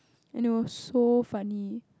and it was so funny